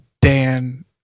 Dan